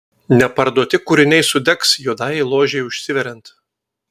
neparduoti kūriniai sudegs juodajai ložei užsiveriant